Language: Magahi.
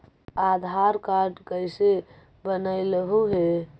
आधार कार्ड कईसे बनैलहु हे?